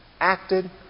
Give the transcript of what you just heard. acted